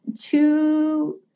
two